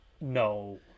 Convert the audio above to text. No